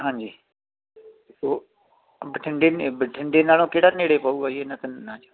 ਹਾਂਜੀ ਉਹ ਬਠਿੰਡੇ ਨੇ ਬਠਿੰਡੇ ਨਾਲੋਂ ਕਿਹੜਾ ਨੇੜੇ ਪਊਗਾ ਜੀ ਇਹਨਾਂ ਤਿੰਨਾਂ 'ਚੋਂ